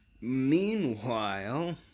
Meanwhile